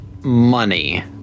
money